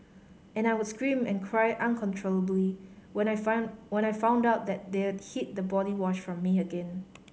and I would scream and cry uncontrollably when I find when I found out that they're hid the body wash from me again